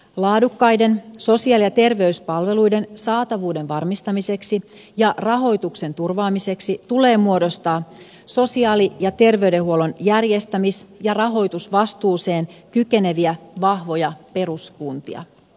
laadukkaiden sosiaali ja terveyspalveluiden saatavuuden varmistamiseksi ja rahoituksen turvaamiseksi tulee muodostaa sosiaali ja terveydenhuollon järjestämis ja rahoitusvastuuseen kykeneviä vahvoja peruskuntia